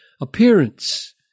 appearance